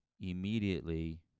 immediately